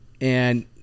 And-